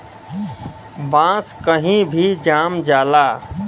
बांस कही भी जाम जाला